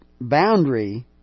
boundary